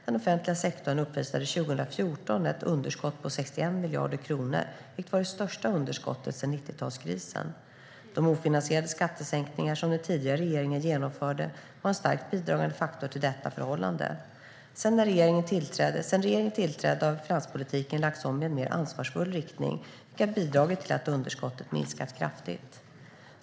Den offentliga sektorn uppvisade 2014 ett underskott på 61 miljarder kronor, vilket var det största underskottet sedan 90-talskrisen. De ofinansierade skattesänkningar som den tidigare regeringen genomförde var en starkt bidragande faktor till detta förhållande. Sedan regeringen tillträdde har finanspolitiken lagts om i en mer ansvarsfull riktning, vilket har bidragit till att underskottet har minskat kraftigt.